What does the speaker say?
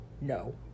No